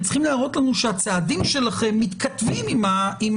צריכים להראות לנו שהצעדים שלכם מתכתבים עם